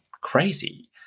crazy